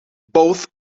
both